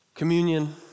Communion